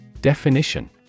Definition